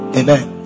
amen